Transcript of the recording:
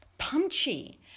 punchy